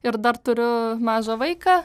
ir dar turiu mažą vaiką